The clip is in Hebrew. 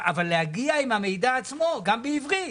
להגיע עם המידע עצמו גם בעברית.